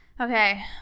Okay